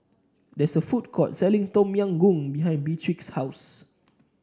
there is a food court selling Tom Yam Goong behind Beatrix's house